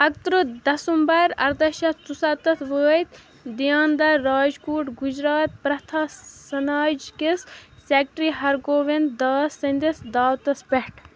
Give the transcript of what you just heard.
اَکہٕ تٕرٛہ دَسُمبر اَرداہ شَتھ ژُ سَتَتھ وٲتۍ دِیاندَر راجکوٗٹ گُجرات پرٛتھا سَناج کِس سٮ۪کٹرٛی ہرگووِنٛد داس سٕنٛدِس دعوتَس پٮ۪ٹھ